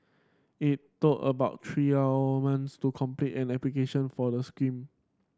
it took about three months to complete an application for the scheme